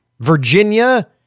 Virginia